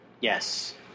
Yes